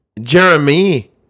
Jeremy